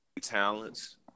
talents